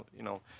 um you know,